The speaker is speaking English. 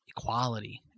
equality